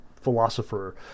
philosopher